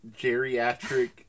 geriatric